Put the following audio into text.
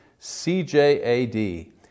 CJAD